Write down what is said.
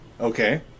Okay